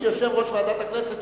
כיושב-ראש ועדת הכנסת,